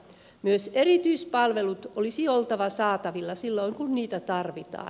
myös erityispalveluiden olisi oltava saatavilla silloin kun niitä tarvitaan